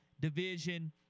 division